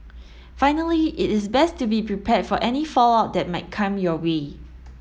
finally it is best to be prepared for any fallout that might come your way